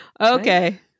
Okay